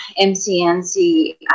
MCNC